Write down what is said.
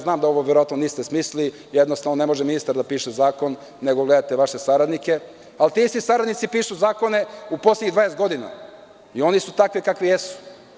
Znam da vi ovo verovatno niste smislili, jednostavno ne može ministar da piše zakon nego gledate vaše saradnike ali ti isti saradnici pišu zakone u poslednjih 20 godina i oni su takvi kakvi jesu.